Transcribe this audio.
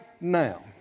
now